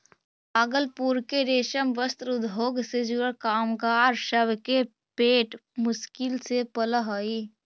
भागलपुर के रेशम वस्त्र उद्योग से जुड़ल कामगार सब के पेट मुश्किल से पलऽ हई